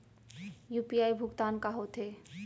UPI भुगतान का होथे?